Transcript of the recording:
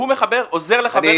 שהוא עוזר לחבר את השאלות.